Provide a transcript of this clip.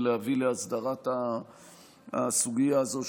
ולהביא להסדרת הסוגיה הזו,